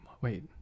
wait